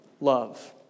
love